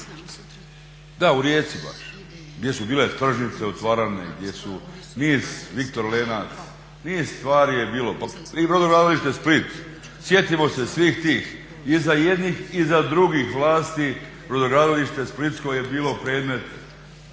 Da u Rijeci baš, gdje su bile tržnice otvarane, gdje su niz Viktor Lenac, niz stvari je bilo i brodogradilište Split. Sjetimo se svih tih, i za jednih i za drugih vlasti, brodogradilište splitsko je bilo predmet